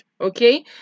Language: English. okay